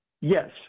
Yes